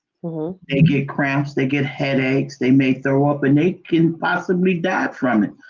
they get cramps, they get headaches, they may throw up and they can possibly die from it,